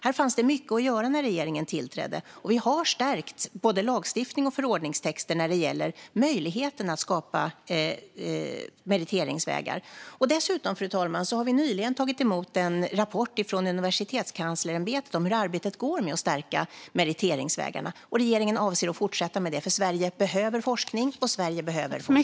Här fanns det mycket att göra när regeringen tillträdde, och vi har stärkt både lagstiftning och förordningstexter när det gäller möjligheten att skapa meriteringsvägar. Dessutom, fru talman, har vi nyligen tagit emot en rapport från Universitetskanslersämbetet om hur arbetet går med att stärka meriteringsvägarna. Regeringen avser att fortsätta med det. Sverige behöver forskning, och Sverige behöver forskare.